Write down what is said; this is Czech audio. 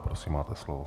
Prosím máte slovo.